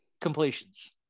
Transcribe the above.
completions